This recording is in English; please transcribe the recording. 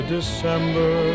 December